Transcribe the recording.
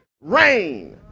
rain